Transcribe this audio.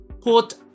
put